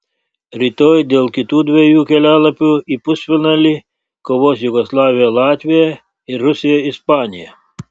rytoj dėl kitų dviejų kelialapių į pusfinalį kovos jugoslavija latvija ir rusija ispanija